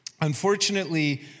unfortunately